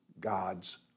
God's